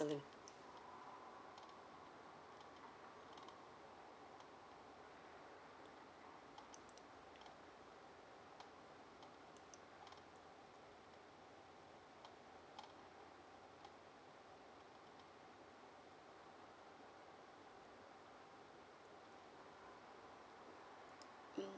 mm